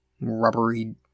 rubbery